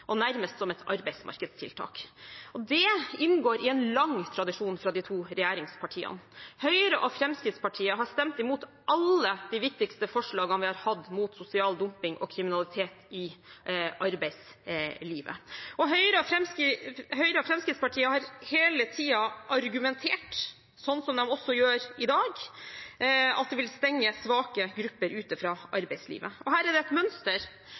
og nærmest som et arbeidsmarkedstiltak. Dette inngår i en lang tradisjon hos de to regjeringspartiene. Høyre og Fremskrittspartiet har stemt imot alle de viktigste forslagene vi har hatt mot sosial dumping og kriminalitet i arbeidslivet. Høyre og Fremskrittspartiet har hele tiden argumentert – som de også gjør i dag – med at det vil stenge svake grupper ute fra arbeidslivet. Her er det et mønster: